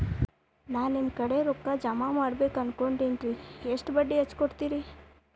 ನಾ ನಿಮ್ಮ ಕಡೆ ರೊಕ್ಕ ಜಮಾ ಮಾಡಬೇಕು ಅನ್ಕೊಂಡೆನ್ರಿ, ಎಷ್ಟು ಬಡ್ಡಿ ಹಚ್ಚಿಕೊಡುತ್ತೇರಿ?